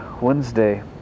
Wednesday